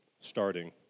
starting